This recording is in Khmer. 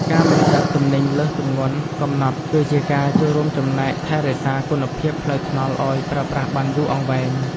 ការមិនដឹកទំនិញលើសទម្ងន់កំណត់គឺជាការចូលរួមចំណែកថែរក្សាគុណភាពផ្លូវថ្នល់ឱ្យប្រើប្រាស់បានយូរអង្វែង។